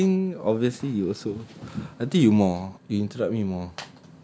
I think obviously you also nanti you more you interrupt me more